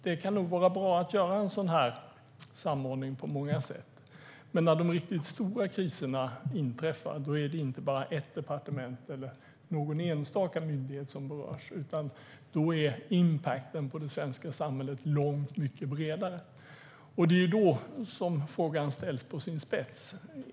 Det kan nog på många sätt vara bra att göra en sådan här samordning. Men när de riktigt stora kriserna inträffar är det inte bara ett departement eller någon enstaka myndighet som berörs, utan då är "impacten" på det svenska samhället långt mycket bredare. Och det är då som frågan ställs på sin spets.